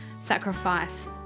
Sacrifice